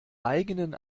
eigenen